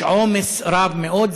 יש עומס רב מאוד,